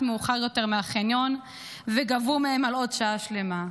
מאוחר יותר מהחניון וגבו מהם על עוד שעה שלמה.